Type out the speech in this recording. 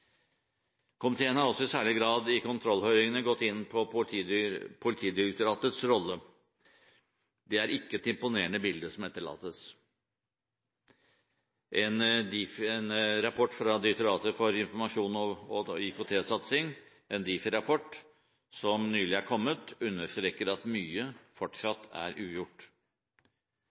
Komiteen har også i særlig grad i kontrollhøringene gått inn på Politidirektoratets rolle. Det er ikke et imponerende bilde som etterlates. En rapport fra Direktoratet for forvaltning og IKT, en Difi-rapport som nylig er kommet, understreker at mye fortsatt er ugjort.